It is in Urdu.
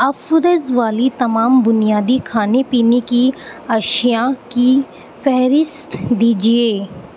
آفریز والی تمام بنیادی کھانے پینے کی اشیا کی فہرست دیجیے